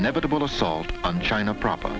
inevitable assault on china proper